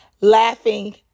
Laughing